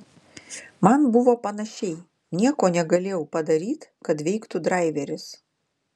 man buvo panašiai nieko negalėjau padaryt kad veiktų draiveris